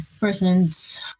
persons